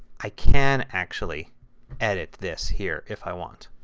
i can actually edit this here if i want.